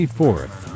fourth